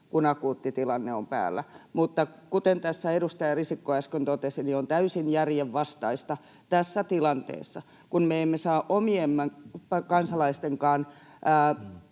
kun akuutti tilanne on päällä. Kuten tässä edustaja Risikko äsken totesi, on täysin järjenvastaista tässä tilanteessa, kun me emme saa omien kansalaistenkaan